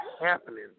happening